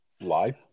life